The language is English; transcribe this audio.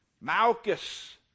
Malchus